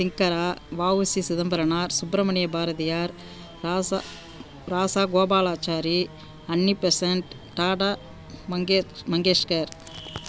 Dhingra VOC Chidambaranar Subramania Bharathiyar Raja Raja Gopalachari Annie Besant Tata Mangesh Mangeshkar